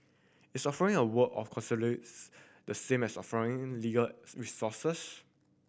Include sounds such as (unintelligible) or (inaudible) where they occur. is offering a word of (unintelligible) the same as offering legal resources